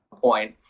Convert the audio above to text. point